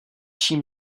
čím